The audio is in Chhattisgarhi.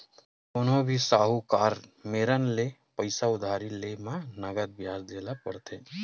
कोनो भी साहूकार मेरन ले पइसा उधारी लेय म नँगत बियाज देय बर परथे